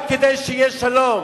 רק כדי שיהיה שלום.